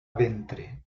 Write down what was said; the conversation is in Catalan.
ventre